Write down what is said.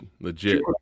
legit